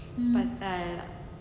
mm